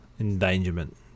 endangerment